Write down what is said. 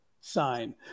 sign